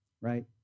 right